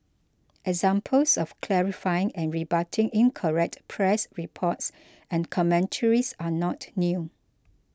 examples of clarifying and rebutting incorrect press reports and commentaries are not new